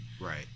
Right